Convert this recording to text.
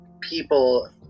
People